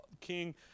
King